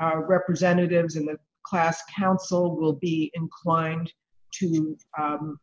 our representatives in the class counsel will be inclined to